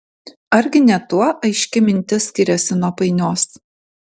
argi ne tuo aiški mintis skiriasi nuo painios